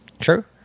Sure